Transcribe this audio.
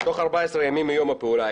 'תוך 14 ימים מיום הפעולה,